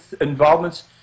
involvements